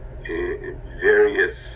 various